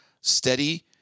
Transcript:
steady